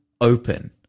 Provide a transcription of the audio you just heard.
open